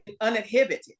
uninhibited